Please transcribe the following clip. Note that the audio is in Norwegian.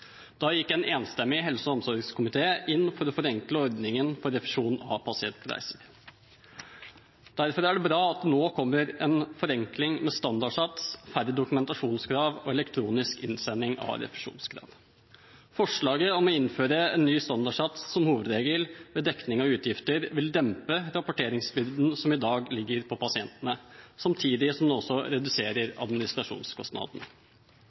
Da gikk en enstemmig helse- og omsorgskomité inn for å forenkle ordningen for refusjon av pasientreiser. Derfor er det bra at det nå kommer en forenkling med standardsats per dokumentasjonskrav og elektronisk innsending av refusjonskrav. Forslaget om å innføre en ny standardsats som hovedregel ved dekning av utgifter vil dempe rapporteringsbyrden som i dag ligger på pasientene, samtidig som det også reduserer administrasjonskostnadene.